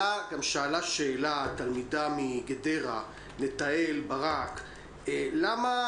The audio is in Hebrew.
התלמידה מגדרה נטעאל ברק שאלה: למה